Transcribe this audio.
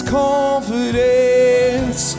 confidence